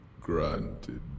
granted